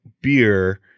beer